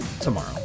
tomorrow